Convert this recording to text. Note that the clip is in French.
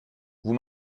vous